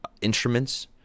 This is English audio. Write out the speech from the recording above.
instruments